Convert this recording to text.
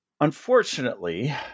unfortunately